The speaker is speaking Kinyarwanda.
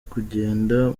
kugenda